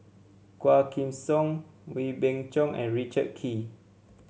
Quah Kim Song Wee Beng Chong and Richard Kee